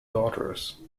daughters